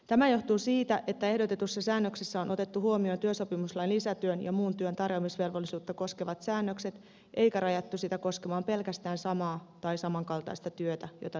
tämä johtuu siitä että ehdotetussa säännöksessä on otettu huomioon työsopimuslain lisätyön ja muun työn tarjoamisvelvollisuutta koskevat säännökset eikä rajattu sitä koskemaan pelkästään samaa tai samankaltaista työtä jota työntekijä on tehnyt